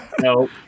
no